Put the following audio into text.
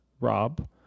Rob